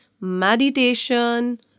meditation